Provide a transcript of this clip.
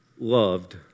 Loved